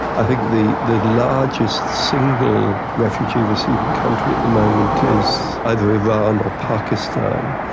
i think the the largest single refugee receiving country at the moment is either iran or pakistan.